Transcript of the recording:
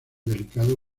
delicado